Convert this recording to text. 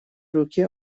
руке